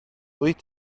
wyt